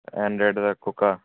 Android दा कोह्का